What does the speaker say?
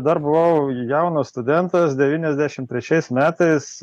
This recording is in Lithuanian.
dar buvau jaunas studentas devyniasdešim trečiais metais